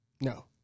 no